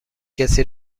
کسی